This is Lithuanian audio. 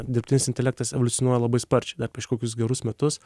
dirbtinis intelektas evoliucionuoja labai sparčiai dar prieš kokius gerus metus